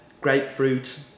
grapefruit